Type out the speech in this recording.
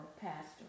pastor